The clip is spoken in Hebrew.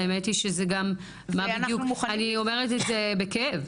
האמת היא שזה גם, אני אומרת את זה בכאב,